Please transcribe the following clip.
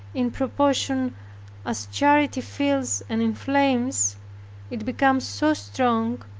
in proportion as charity fills and inflames it becomes so strong,